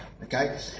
Okay